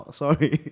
，sorry，